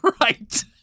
Right